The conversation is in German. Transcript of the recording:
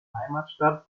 heimatstadt